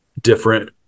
different